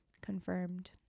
confirmed